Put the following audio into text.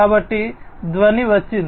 కాబట్టి ధ్వని వచ్చింది